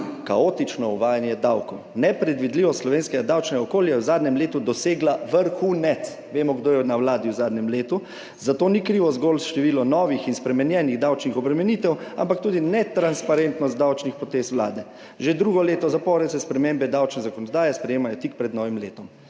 »Kaotično uvajanje davkov. Nepredvidljivost slovenskega davčnega okolja je v zadnjem letu dosegla vrhunec.« Vemo, kdo je na Vladi v zadnjem letu. »Za to ni krivo zgolj število novih in spremenjenih davčnih obremenitev, ampak tudi netransparentnost davčnih potez Vlade. Že drugo leto zapored se spremembe davčne zakonodaje sprejemajo tik pred novim letom.«